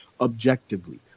objectively